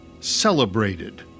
celebrated